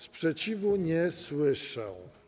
Sprzeciwu nie słyszę.